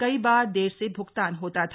कई बार देर से भ्गतान होता था